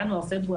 בינואר או פברואר.